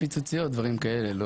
פיצוציות ודברים כאלה.